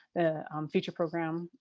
the um feature program,